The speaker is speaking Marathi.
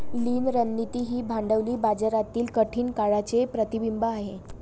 लीन रणनीती ही भांडवली बाजारातील कठीण काळाचे प्रतिबिंब आहे